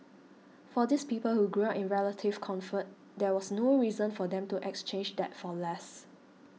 for these people who grew up in relative comfort there was no reason for them to exchange that for less